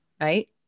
right